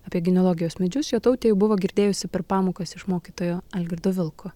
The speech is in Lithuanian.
apie genealogijos medžius jotautė buvo girdėjusi per pamokas iš mokytojo algirdo vilko